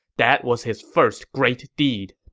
that was his first great deed.